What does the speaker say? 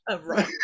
Right